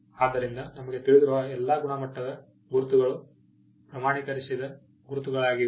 ಆದ್ದರಿಂದ ನಮಗೆ ತಿಳಿದಿರುವ ಎಲ್ಲಾ ಗುಣಮಟ್ಟದ ಗುರುತುಗಳು ಪ್ರಮಾಣೀಕರಿಸಿದ ಗುರುತುಗಳಾಗಿವೆ